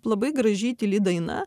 labai graži tyli daina